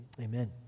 Amen